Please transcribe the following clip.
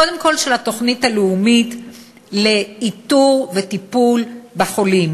קודם כול של התוכנית הלאומית לאיתור וטיפול בחולים.